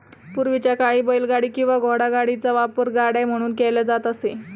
पूर्वीच्या काळी बैलगाडी किंवा घोडागाडीचा वापर गाड्या म्हणून केला जात असे